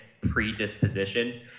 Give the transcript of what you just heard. predisposition